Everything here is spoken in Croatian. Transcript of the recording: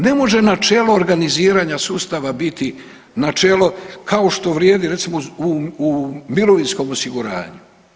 Ne može načelo organiziranja sustava biti načelo, kao što vrijedi, recimo u mirovinskom osiguranju.